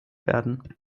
werden